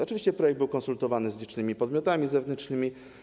Oczywiście projekt był konsultowany z licznymi podmiotami zewnętrznymi.